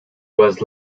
was